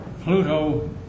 Pluto